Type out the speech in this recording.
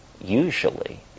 usually